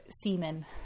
semen